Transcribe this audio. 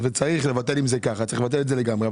וצריך לבטל, אם זה ככה, צריך לבטל את זה לגמרי.